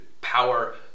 power